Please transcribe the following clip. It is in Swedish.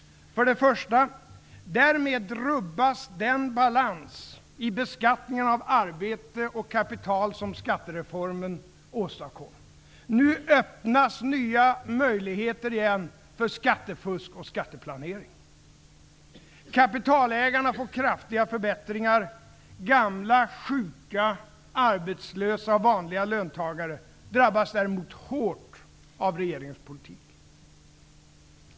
För det första: Därmed rubbas den balans i beskattningen av arbete och kapital som skattereformen åstadkom. Nu öppnas nya möjligheter igen för skattefusk och skatteplanering. Kapitalägarna får kraftiga förbättringar. Gamla, sjuka, arbetslösa och vanliga löntagare drabbas däremot hårt av regeringens politik.